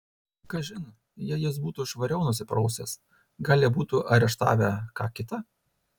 kažin jei jis būtų švariau nusiprausęs gal jie būtų areštavę ką kitą